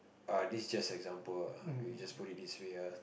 uh this just example ah we just put it this way ah